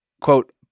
Quote